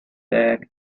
bag